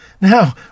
Now